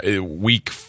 week